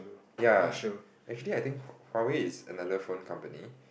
ya actually I think hu~ Huawei is another phone company